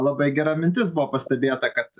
labai gera mintis buvo pastebėta kad